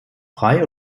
frei